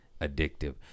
addictive